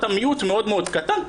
אתה מיעוט מאוד מאוד קטן,